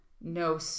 No